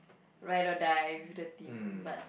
ride or die with the team but